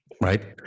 right